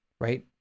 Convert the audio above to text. right